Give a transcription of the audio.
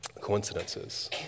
coincidences